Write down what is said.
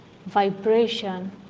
vibration